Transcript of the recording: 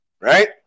right